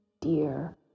dear